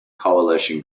coalition